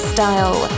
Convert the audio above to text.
Style